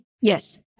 Yes